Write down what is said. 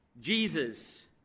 Jesus